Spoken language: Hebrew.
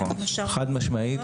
נכון, חד משמעית.